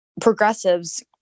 progressives